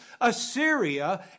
Assyria